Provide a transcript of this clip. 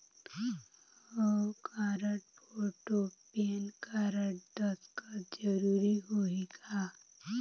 हव card, photo, PAN card, दस्खत जरूरी होही का?